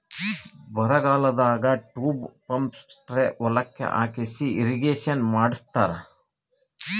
ಬರಗಾಲದಾಗ tube pump spray ಹೊಲಕ್ಕ್ ಹಾಕಿಸಿ ಇರ್ರೀಗೇಷನ್ ಮಾಡ್ಸತ್ತರ